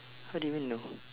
what do you mean no